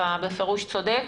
אתה בפירוש צודק.